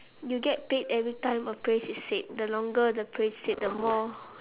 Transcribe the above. you get paid every time a phrase is said the longer the phrase said the more